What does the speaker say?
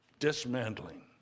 dismantling